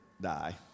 die